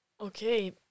okay